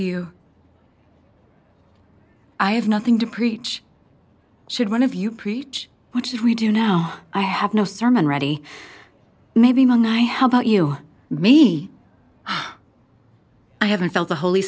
you i have nothing to preach should one of you preach which is we do now i have no sermon ready maybe when i how about you and me i haven't felt the holy